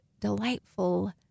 delightful